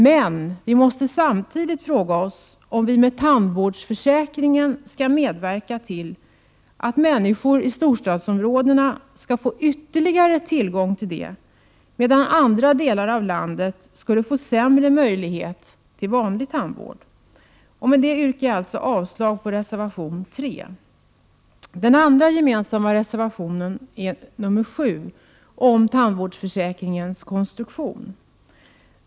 Men vi måste samtidigt fråga oss om vi med tandvårdsförsäkringen skall medverka till att människor i storstadsområdena skall få ytterligare tillgång till en sådan behandling, medan andra delar av landet får sämre möjlighet till vanlig tandvård. Med detta yrkar jag avslag på reservation 3. Den andra gemensamma reservationen är nr 7 om tandvårdsförsäkringens konstruktion.